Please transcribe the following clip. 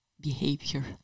behavior